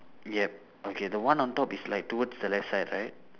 yup okay the one on top is like towards the left side right